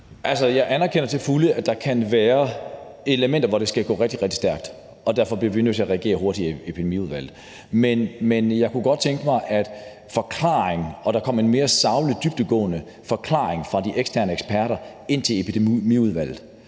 jeg anerkender til fulde, at der kan være elementer, hvor det skal gå rigtig, rigtig stærkt, og at vi derfor bliver nødt til at reagere hurtigt i Epidemiudvalget. Men jeg kunne godt tænke mig, at der kom en mere saglig, dybdegående forklaring fra de eksterne eksperter ind til Epidemiudvalget.